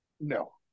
No